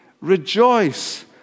rejoice